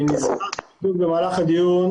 אני --- במהלך הדיון,